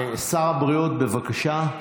שר הבריאות, בבקשה.